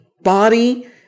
body